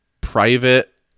Private